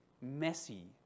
messy